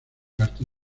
parte